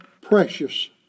precious